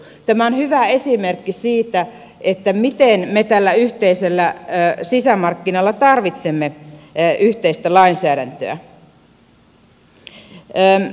tämä on hyvä esimerkki siitä miten me tällä yhteisellä sisämarkkinalla tarvitsemme yhteistä lainsäädäntöä